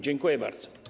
Dziękuję bardzo.